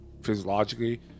physiologically